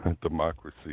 democracy